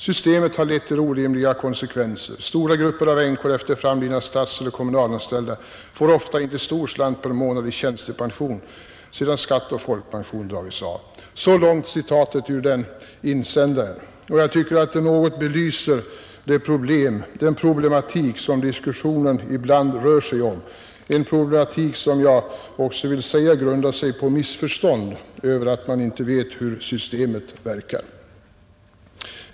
Systemet har lett till orimliga konsekvenser, stora grupper av änkor efter framlidna statseller kommunalanställda får ofta inte stor slant per månad i tjänstepension sedan skatt och folkpension dragits av.” Så långt citatet ur insändaren. Jag tycker att det belyser den problematik som diskussionen ibland rör sig om, en problematik som också kan grunda sig på missförstånd emedan man inte vet hur systemet verkar.